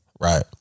Right